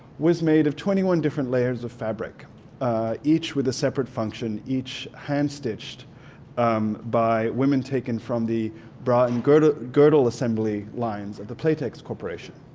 was made of twenty one different layers of fabric each with a separate function, each hand stitched by women taken from the bra and girdle girdle assembly lines at the playtex corporation.